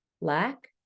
lack